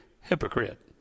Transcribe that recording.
hypocrite